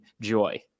joy